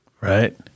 right